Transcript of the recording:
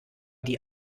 die